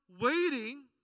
waiting